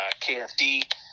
KFD